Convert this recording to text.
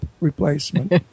replacement